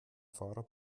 fahrrad